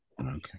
Okay